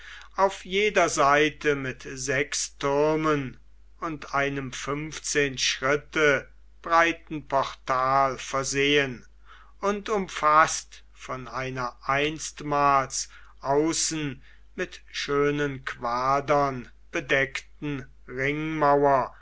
auf jeder seite mit sechs türmen und einem fünfzehn schritte breiten portal versehen und umfaßt von einer einstmals außen mit schönen quadern bekleideten ringmauer